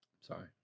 Sorry